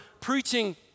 preaching